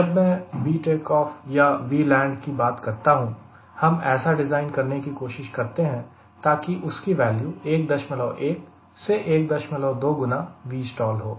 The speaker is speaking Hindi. जब मैं VTO या Vland की बात करता हूं हम ऐसा डिज़ाइन करने की कोशिश करते हैं ताकि उसकी वैल्यू 11 से 12 गुना Vstall हो